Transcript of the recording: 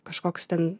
kažkoks ten